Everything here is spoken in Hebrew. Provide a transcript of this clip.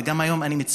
וגם אני מציין,